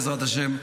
בעזרת השם,